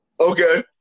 Okay